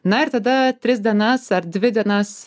na ir tada tris dienas ar dvi dienas